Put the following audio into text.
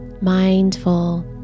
mindful